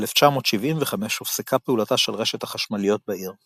ב-1975 הופסקה פעולתה של רשת החשמליות בעיר.